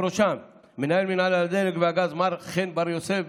ובראשם מנהל מינהל הדלק והגז מר חן בר יוסף,